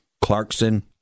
Clarkson